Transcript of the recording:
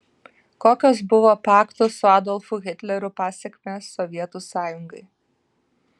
kokios buvo pakto su adolfu hitleriu pasekmės sovietų sąjungai